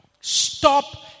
Stop